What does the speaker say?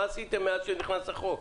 מה עשיתם מאז שנכנס החוק?